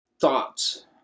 thoughts